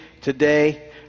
today